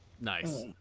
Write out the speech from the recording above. Nice